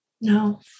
no